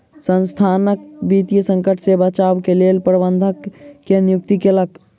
संसथान वित्तीय संकट से बचाव के लेल प्रबंधक के नियुक्ति केलक